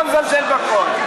בוא נזלזל בכול.